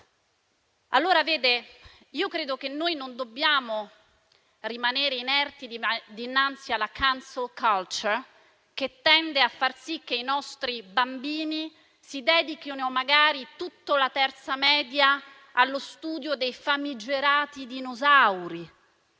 dovremmo difendere. Noi non dobbiamo rimanere inerti dinanzi alla *cancel culture*, che tende a far sì che i nostri bambini dedichino magari tutta la terza elementare allo studio dei famigerati dinosauri;